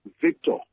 Victor